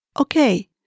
Okay